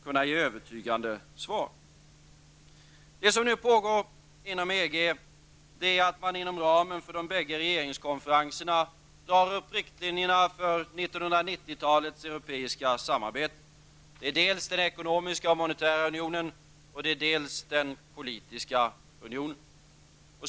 kunna ge övertygande svar. Det som nu pågår inom EG är att man inom ramen för de bägge regeringskonferenserna drar upp riktlinjerna för 1990-talets europeiska samarbete. Det handlar dels om den ekonomiska och monetära unionen, dels om den politiska unionen.